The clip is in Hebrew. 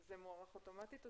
זה מוארך אוטומטית?